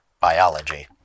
biology